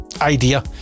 idea